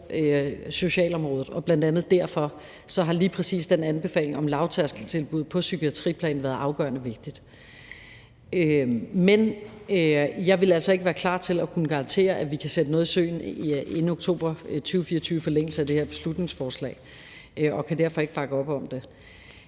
socialområdet, og bl.a. derfor har lige præcis den anbefaling om lavtærskeltilbud i psykiatriplanen været afgørende vigtig. Men jeg vil altså ikke være klar til at kunne garantere, at vi kan sætte noget i søen inden oktober 2024 i forlængelse af det her beslutningsforslag, og jeg kan derfor ikke bakke op om det.